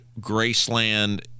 Graceland